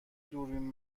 دوربین